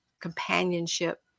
companionship